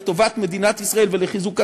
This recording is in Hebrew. לטובת מדינת ישראל ולחיזוק התעשייה.